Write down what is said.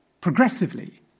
Progressively